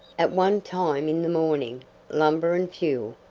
at one time in the morning lumber and fuel,